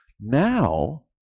now